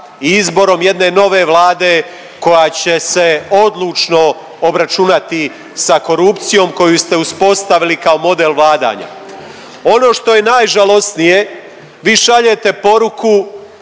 i izborom jedne nove Vlade koja će se odlučno obračunati sa korupcijom koju ste uspostavili kao model vladanja. Ono što je najžalosnije vi šaljete poruku